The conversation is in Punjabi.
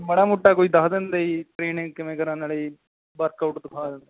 ਮਾੜਾ ਮੋਟਾ ਕੋਈ ਦੱਸ ਦਿੰਦੇ ਜੀ ਟਰੇਨਿੰਗ ਕਿਵੇਂ ਕਰਾਂ ਨਾਲੇ ਜੀ ਵਰਕਆਊਟ